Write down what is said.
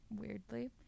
weirdly